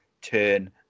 turn